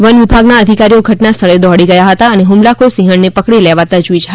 one વિભાગના અધિકારીઓ ઘટના સ્થળે દોડી ગયા હતા અને ફમલાખોર સિંહણને પકડી લેવા તજવીજ કરી છે